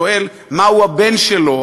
שואל מה הבן שלו,